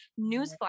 Newsflash